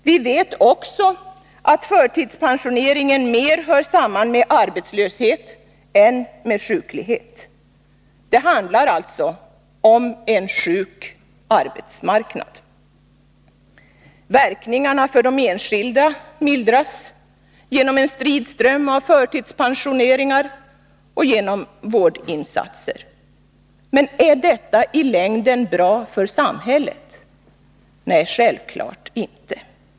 Vi vet också att förtidspensioneringen mer hör samman med arbetslöshet än med sjuklighet. Det handlar alltså om en sjuk arbetsmarknad. Verkningarna för de enskilda mildras genom en strid ström av förtidspensioneringar och vårdinsatser. Men är detta i längden bra för samhället? Självfallet inte.